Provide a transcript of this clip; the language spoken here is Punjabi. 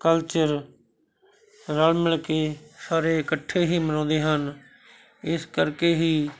ਕਲਚਰ ਰਲ ਮਿਲ ਕੇ ਸਾਰੇ ਇਕੱਠੇ ਹੀ ਮਨਾਉਂਦੇ ਹਨ ਇਸ ਕਰਕੇ ਹੀ